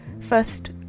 first